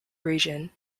region